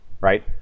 right